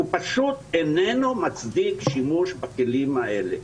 הוא פשוט איננו מצדיק שימוש בכלים האלה.